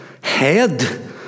head